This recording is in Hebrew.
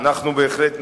אנחנו בהחלט נביא.